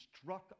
struck